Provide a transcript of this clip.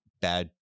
bad